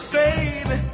baby